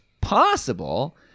possible